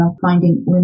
finding